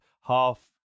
half